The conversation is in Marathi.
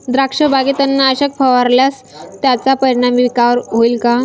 द्राक्षबागेत तणनाशक फवारल्यास त्याचा परिणाम पिकावर होईल का?